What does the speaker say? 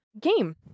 game